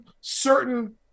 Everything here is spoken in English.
certain